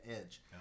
edge